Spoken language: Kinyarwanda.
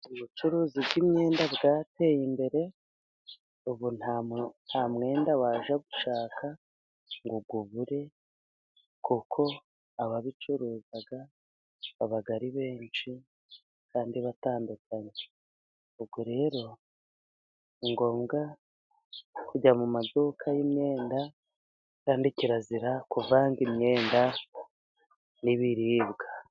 Ubucuruzi bw'imyenda bwateye imbere, ubu nta mwenda wajya gushaka ngo uwubure, kuko abayicuruza baba ari benshi kandi batandukanye. Ubwo rero ni ngombwa kujya mu maduka y'imyenda, yandi kirazira kuvanga imyenda n'ibiribwa.